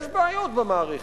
יש בעיות במערכת,